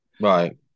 right